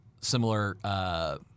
similar